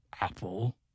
Apple